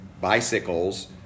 bicycles